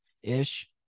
ish